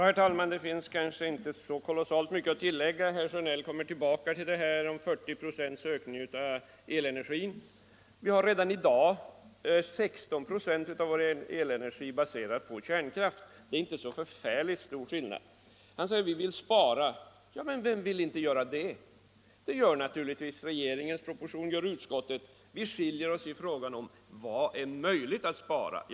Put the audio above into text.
Herr talman! Det finns kanske inte så mycket att tillägga. Herr Sjönell kommer tillbaka till detta om en 40-procentig ökning av elenergin. Redan i dag är 16 96 av vår elenergi baserad på kärnkraft, och det är inte så förfärligt stor skillnad. Han säger: Vi vill spara. Ja, vem vill inte göra det? Det gör ju regeringen i propositionen och det gör utskottet. Vi skiljer oss bara i fråga om vad vi anser vara möjligt att spara.